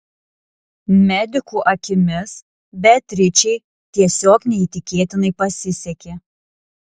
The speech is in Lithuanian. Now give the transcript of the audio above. medikų akimis beatričei tiesiog neįtikėtinai pasisekė